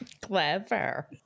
Clever